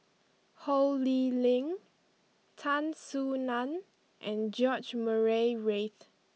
Ho Lee Ling Tan Soo Nan and George Murray Reith